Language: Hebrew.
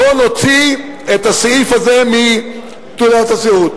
בוא נוציא את הסעיף הזה מתעודת הזהות,